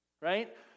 right